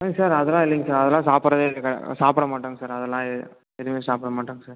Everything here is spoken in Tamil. சார் அதெலாம் இல்லைங்க சார் அதெலாம் சாப்பிட்றதே இல்லை சாப்பிடமாட்டங் அதெல்லாம் எதுவும் சாப்பிடமாட்டங் சார்